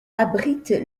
abrite